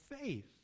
faith